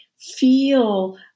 Feel